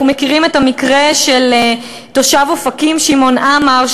אנחנו מכירים את המקרה של תושב אופקים שמעון עמר,